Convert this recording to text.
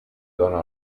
dóna